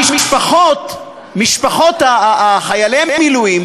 משפחות חיילי המילואים,